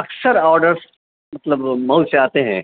اکثر آڈر مطلب مؤ سے آتے ہیں